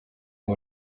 ngo